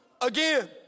again